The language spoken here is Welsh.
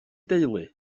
deulu